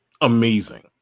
amazing